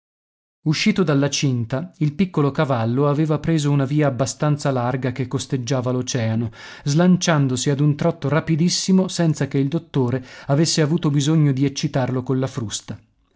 uscito dalla cinta il piccolo cavallo aveva preso una via abbastanza larga che costeggiava l'oceano slanciandosi ad un trotto rapidissimo senza che il dottore avesse avuto bisogno di eccitarlo colla frusta